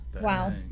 Wow